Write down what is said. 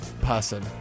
person